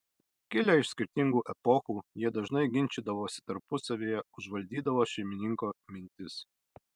kilę iš skirtingų epochų jie dažnai ginčydavosi tarpusavyje užvaldydavo šeimininko mintis